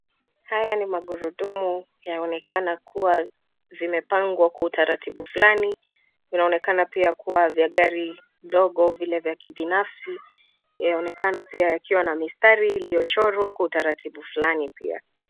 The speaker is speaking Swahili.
Haya ni magurudumu yaonekana kuwa vimepangwa kwa utaratibu fulani. Inaonekana kuwa pia vya gari dogo vile vya kibinafsi. Yaonekana pia kuwa na mstari uliochorwa kwa utaratibu fulani pia.